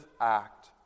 act